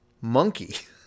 monkey